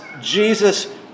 Jesus